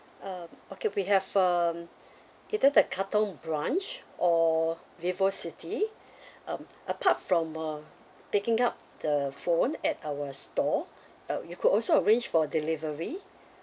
um okay we have um either the katong branch or vivocity um apart from uh picking up the phone at our store uh you could also arrange for delivery